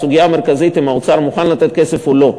הסוגיה המרכזית היא אם האוצר מוכן לתת כסף או לא,